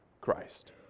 Christ